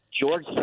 George